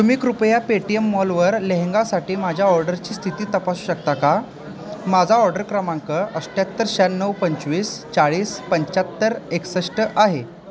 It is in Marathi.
तुम्ही कृपया पेटीएम मॉलवर लेहंगासाठी माझ्या ऑर्डरची स्थिती तपासू शकता का माझा ऑर्डर क्रमांक अठ्ठ्याहत्तर शहाण्णव पंचवीस चाळीस पंच्याहत्तर एकसष्ट आहे